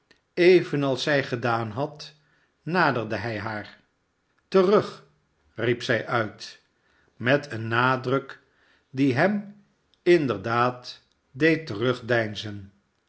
evenals zij gedaan had naderde hij haar sterug riep zij uit met een nadruk die hem inderdaad deed terugdeinzen